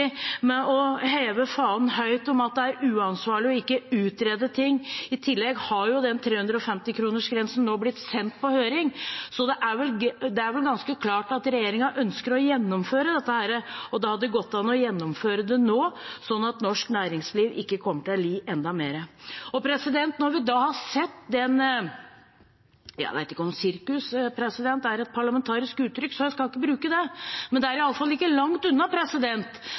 med å heve fanen høyt om at det er uansvarlig ikke å utrede ting. I tillegg har jo 350-kronersgrensen nå blitt sendt på høring, så det er vel ganske klart at regjeringen ønsker å gjennomføre dette. Det hadde gått an å gjennomføre det nå, sånn at norsk næringsliv ikke kommer til å lide enda mer. Jeg vet ikke om «sirkus» er et parlamentarisk uttrykk, så jeg skal ikke bruke det, men det er i alle fall ikke langt unna,